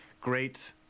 great